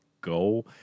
go